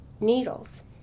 needles